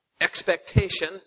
Expectation